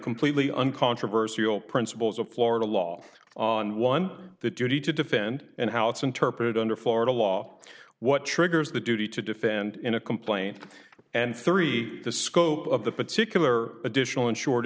completely uncontroversial principles of florida law on one that you need to defend and how it's interpreted under florida law what triggers the duty to defend in a complaint and three the scope of the particular additional insured